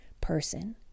person